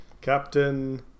Captain